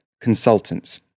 consultants